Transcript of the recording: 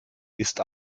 ist